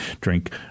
drink